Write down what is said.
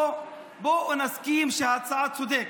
יש להם עוד משהו שמביך אותם?